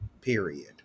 Period